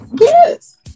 yes